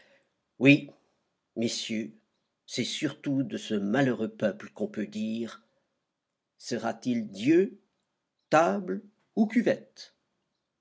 oui messieurs c'est surtout de ce malheureux peuple qu'on peut dire sera-t-il dieu table ou cuvette